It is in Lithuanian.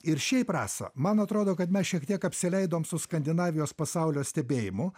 ir šiaip rasa man atrodo kad mes šiek tiek apsileidom su skandinavijos pasaulio stebėjimu